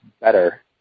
better